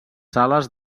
sales